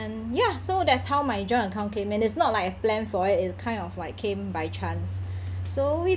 and ya so that's how my joint account came in it's not like a plan for it it's kind of like came by chance so we